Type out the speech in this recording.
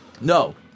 no